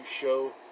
show